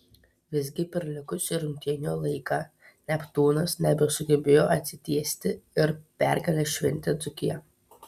visgi per likusį rungtynių laiką neptūnas nebesugebėjo atsitiesti ir pergalę šventė dzūkija